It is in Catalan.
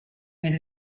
més